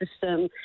system